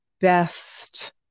best